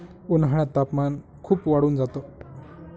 उन्हाळ्यात तापमान खूप वाढून जात